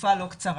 ותקופה לא קצרה,